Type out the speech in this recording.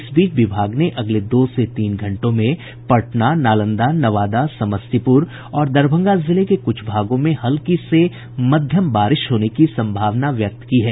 इस बीच विभाग ने अगले दो से तीन घंटों में पटना नालंदा नवादा समस्तीपुर और दरभंगा जिले के कुछ भागों में हल्की से मध्यम बारिश होने की संभावना व्यक्त की है